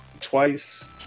twice